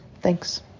Thanks